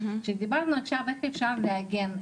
כשדיברנו עכשיו על איך אפשר להגן,